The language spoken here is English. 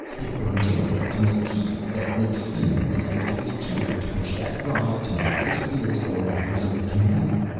it burns oil to make heat that makes steam that goes to this tube to push that rod to make those wheels go around so we can move,